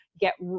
get